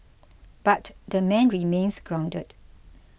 but the man remains grounded